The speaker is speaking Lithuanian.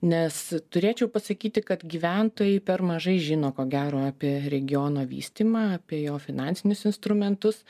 nes turėčiau pasakyti kad gyventojai per mažai žino ko gero apie regiono vystymą apie jo finansinius dinstrumentus